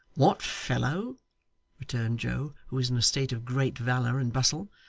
what fellow returned joe, who was in a state of great valour and bustle